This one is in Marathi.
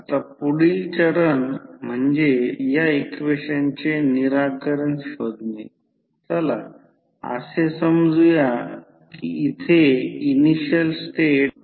आणि जर कोणतेही लॉसेस झाले नाही तर तो supply voltage V1 V1 N1 V2 N2 लिहू शकतो V1 हे प्रायमरी साईडचे व्होल्टेज आहे आणि V2 हे सेकंडरी साईडचे व्होल्टेज आहे